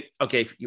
Okay